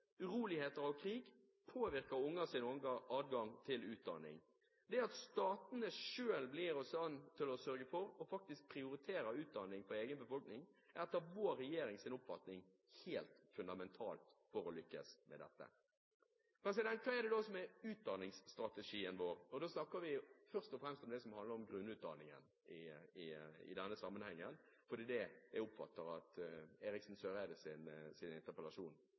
og krig påvirker ungers adgang til utdanning. Det at statene selv blir i stand til å sørge for og faktisk prioriterer utdanning for egen befolkning, er etter vår regjerings oppfatning helt fundamentalt for å lykkes med dette. Hva er det så som er utdanningsstrategien vår? Vi snakker da først og fremst om grunnutdanningen i denne sammenhengen, for det er det jeg oppfatter at representanten Eriksen